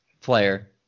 player